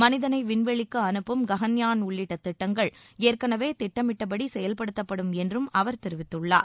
மனிதனை விண்வெளிக்கு அனுப்பும் ககன்யான் உள்ளிட்ட திட்டங்கள் ஏற்கனவே திட்டமிட்டப்படி செயல்படுத்தப்படும் என்றும் அவர் தெரிவித்துள்ளார்